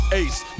ace